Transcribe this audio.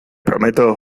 prometo